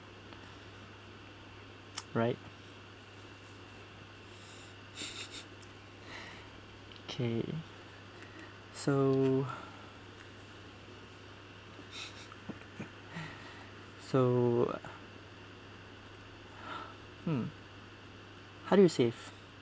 right okay so so mm how do you save